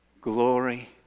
glory